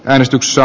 äänestyksessä